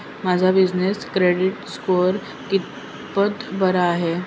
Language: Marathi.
माझा बिजनेस क्रेडिट स्कोअर कितपत बरा आहे?